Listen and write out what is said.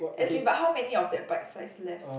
as in but how many of that bite size left